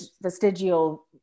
vestigial